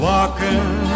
Walking